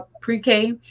pre-k